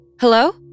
Hello